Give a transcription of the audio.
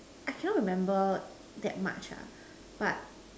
I cannot remember that much ah but